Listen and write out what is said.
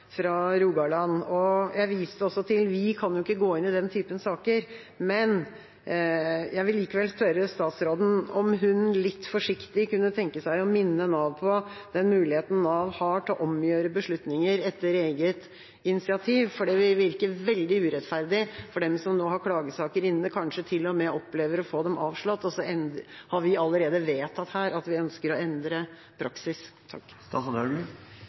fra Rogaland, og jeg viste også til at vi ikke kan gå inn i den typen saker, men jeg vil likevel spørre statsråden om hun litt forsiktig kunne tenke seg å minne Nav på den muligheten Nav har til å omgjøre beslutninger etter eget initiativ, for det vil virke veldig urettferdig for dem som nå har klagesaker inne, og kanskje til og med opplever å få dem avslått, hvis vi allerede har vedtatt her at vi ønsker å endre praksis.